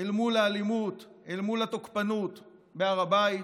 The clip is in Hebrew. אל מול האלימות, אל מול התוקפנות בהר הבית,